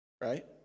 right